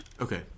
Okay